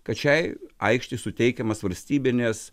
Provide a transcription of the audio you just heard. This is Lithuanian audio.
kad šiai aikštei suteikiamas valstybinės